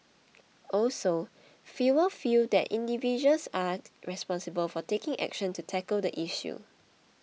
also fewer feel that individuals are responsible for taking action to tackle the issue